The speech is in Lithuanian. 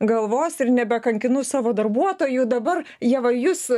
galvos ir nebekankinu savo darbuotojų dabar jie va jus